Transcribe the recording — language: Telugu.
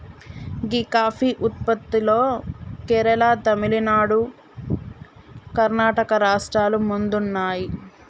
గీ కాఫీ ఉత్పత్తిలో కేరళ, తమిళనాడు, కర్ణాటక రాష్ట్రాలు ముందున్నాయి